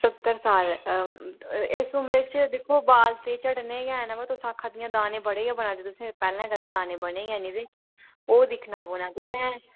सत्तर साल इस उमर च दिक्खो बाल ते झड़ने गै न पर तुस आक्खा दियां तुसें गी दाने बड़े गै बना दे पैह्लें कदें दाने बने गै निं ओह् दिक्खना पौना तुसें